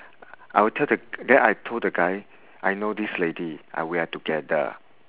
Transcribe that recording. I will tell the then I told the guy I know this lady uh we are together